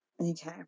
Okay